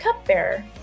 cupbearer